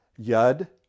Yud